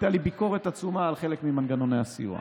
הייתה לי ביקורת עצומה על חלק ממנגנוני הסיוע,